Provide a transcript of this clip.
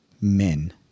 men